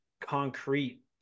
concrete